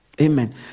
Amen